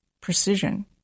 precision